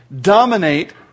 dominate